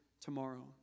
tomorrow